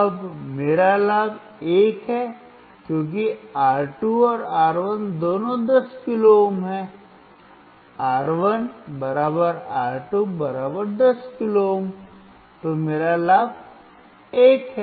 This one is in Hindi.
अब मेरा लाभ 1 है क्योंकि R2 और R1 दोनों 10 किलो ओम हैं R1 R2 10 किलो ओम तो मेरा लाभ 1 है